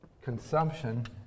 consumption